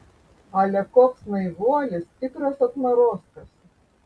ale koks naivuolis tikras atmarozkas